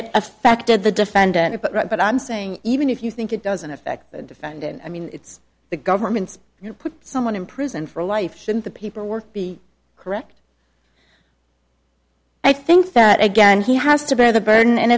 it affected the defendant but i'm saying even if you think it doesn't affect the defendant i mean it's the government's you put someone in prison for life shouldn't the paperwork be correct i think that again he has to bear the burden and